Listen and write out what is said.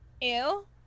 Ew